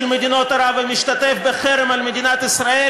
מדינות ערב ומשתתף בחרם על מדינת ישראל,